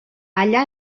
allà